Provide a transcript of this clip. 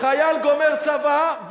חייל גומר צבא,